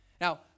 Now